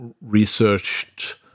researched